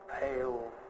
pale